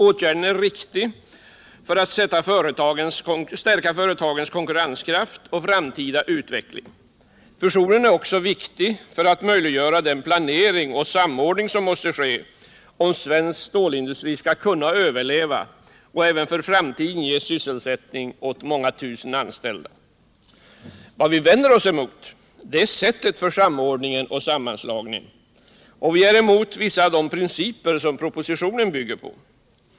Åtgärden är riktig för att stärka företagens konkurrens kraft och framtida utveckling. Fusionen är också viktig för att möjliggöra den planering och samordning som måste ske om svensk stålindustri skall kunna överleva och även för framtiden ge sysselsättning åt många tusen anställda. Vad vi vänder oss emot är sättet för samordningen och sammanslagningen, och vi är emot vissa av de principer som propositionen bygger på.